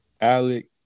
Alex